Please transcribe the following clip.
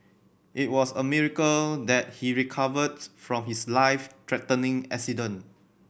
it was a miracle that he recovered from his life threatening accident